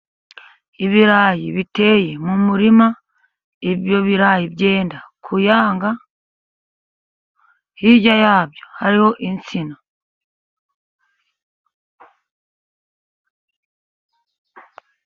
Ibirayi biteye mu murima, ibyo birayi byenda kuyanga, hirya yabyo hariho insina.